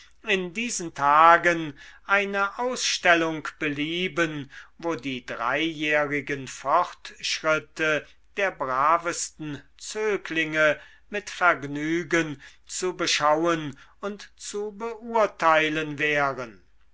in diesen tagen eine ausstellung belieben wo die dreijährigen fortschritte der bravesten zöglinge mit vergnügen zu beschauen und zu beurteilen wären